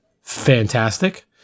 fantastic